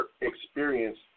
experience